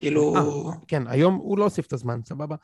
כאילו, כן, היום הוא לא הוסיף את הזמן, סבבה?